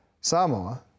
Samoa